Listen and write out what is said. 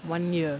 one year